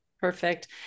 Perfect